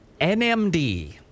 NMD